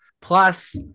plus